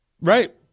Right